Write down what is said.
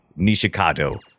Nishikado